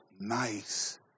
nice